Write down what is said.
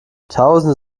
tausende